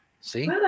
see